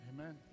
Amen